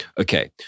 okay